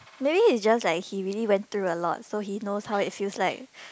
mayber it's just like he really went through a lot so he knows how it feels like